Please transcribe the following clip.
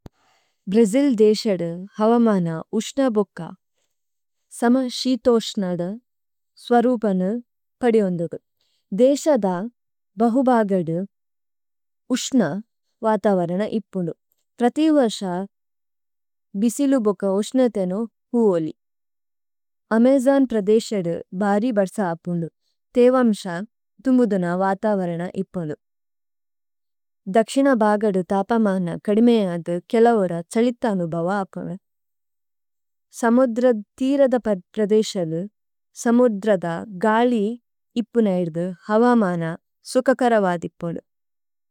Brazil ദേക്സദു ഹവമന ഉശ്ന ബോക സമ ക്സിതോ ക്സ്നദു സ്വരുപനു പദിഓന്ഗദു। ദേക്സദ ബഹുബഗദു ഉശ്ന വതവരന ഇപ്പുനു। പ്രതിവര്സ ബിസിലു ബോക ഉശ്നതേനു ഹുഓലി। അമജോന് പ്രദേശദു ബരി ബത്സപുനു। തേവമ്സ തുമുദുന വതവരന ഇപ്പുനു। ദക്ശിന ബഗദു തപമന കദിമേഅന്ദു കേല്ലവര ഛലിഥ അനുബവ അപ്പുനു। സമോദ്രദ് ഥീരദ പ്രദേശലു സമോദ്രദ ഗാലി ഇപ്പുനൈദുഗു ഹവമന സുകകര വദിപ്പുനു।